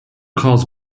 calls